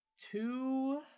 two